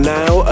now